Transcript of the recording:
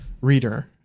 reader